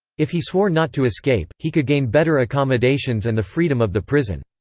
if he swore not to escape, he could gain better accommodations and the freedom of the prison.